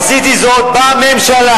עשיתי זאת בממשלה,